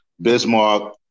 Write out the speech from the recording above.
Bismarck